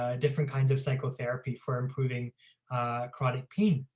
ah different kinds of psychotherapy for improving chronic pain.